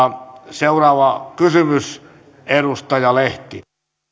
seuraava kysymys edustaja lehti arvoisa